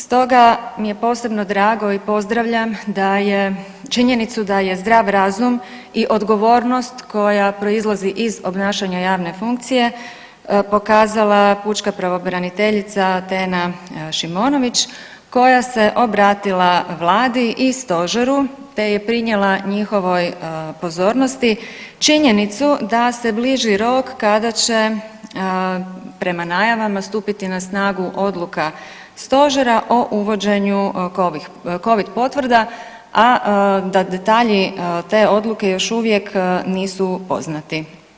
Stoga mi je posebno drago i pozdravljam da je, činjenicu da je zdrav razum i odgovornost koja proizlazi iz obnašanja javne funkcije pokazala pučka pravobraniteljica Tena Šimonović koja se obratila vladi i stožeru te je prinijela njihovoj pozornosti činjenicu da se bliži rok kada će prema najavama stupiti na snagu odluka stožera o uvođenju Covid potvrda, a da detalji te odluke još uvijek nisu poznati.